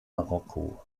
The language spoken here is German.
marokko